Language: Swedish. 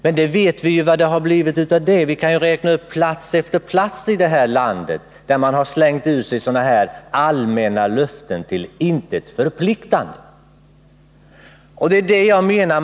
Men vi vet ju hur det blir med sådana löften. Vi kan räkna upp plats efter plats i landet där man har slängt ur sig sådana här allmänna och till intet förpliktande löften.